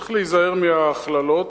צריך להיזהר מההכללות,